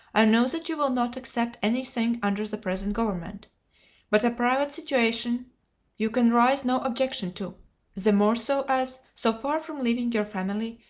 i know that you will not accept any thing under the present government but a private situation you can raise no objection to the more so as, so far from leaving your family,